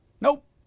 nope